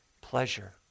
pleasure